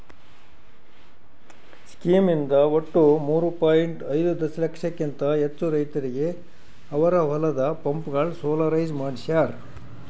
scheme ಇಂದ ಒಟ್ಟು ಮೂರೂ ಪಾಯಿಂಟ್ ಐದೂ ದಶಲಕ್ಷಕಿಂತ ಹೆಚ್ಚು ರೈತರಿಗೆ ಅವರ ಹೊಲದ ಪಂಪ್ಗಳು ಸೋಲಾರೈಸ್ ಮಾಡಿಸ್ಯಾರ್